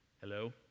hello